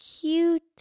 cute